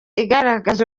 igaragaza